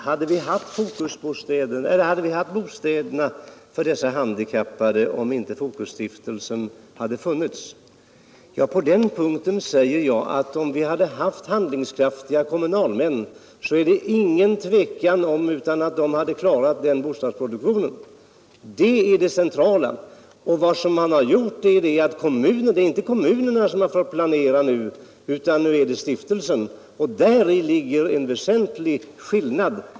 Herr talman! Hade vi haft bostäder för dessa handikappade, om inte Fokusstiftelsen funnits? På den frågan svarar jag, att om det funnits handlingskraftiga kommunalmän, råder det ingen tvekan om att de klarat den bostadsproduktionen. Det är det centrala. Nu är det inte kommunerna som fått planera utan stiftelsen. Däri ligger en väsentlig skillnad.